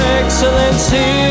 excellency